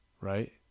Right